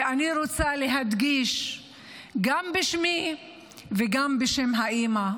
ואני רוצה להדגיש גם בשמי וגם בשם האימא,